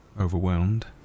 overwhelmed